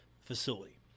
facility